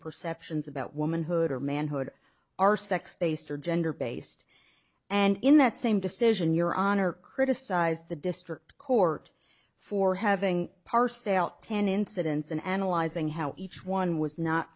perceptions about womanhood or manhood are sex based or gender based and in that same decision your honor criticized the district court for having parsed out ten incidents and analyzing how each one was not